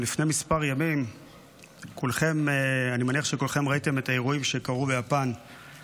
אני מניח שכולכם ראיתם את האירועים שקרו ביפן לפני כמה ימים.